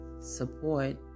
support